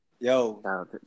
Yo